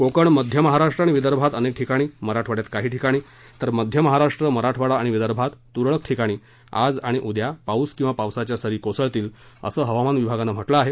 कोकणमध्य महाराष्ट्र आणि विदर्भात अनेक ठिकाणी मराठवाङ्यात काही ठिकाणी तर मध्य महाराष्ट्र मराठवाडा आणि विदर्भात तुरळक ठिकाणी आज आणि उद्या पाऊस किंवा पावसाच्या सरी कोसळतील असं हवामान विभागानं म्हटलं आहे